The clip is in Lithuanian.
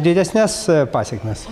didesnes pasekmes